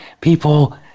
people